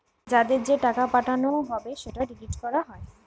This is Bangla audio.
যাদের যে টাকা পাঠানো হবে সেটা ডিলিট করা যায়